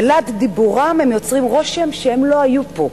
בלהט דיבורם הם יוצרים רושם שהם לא היו פה,